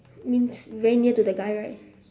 means very near to the guy right